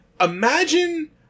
Imagine